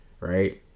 right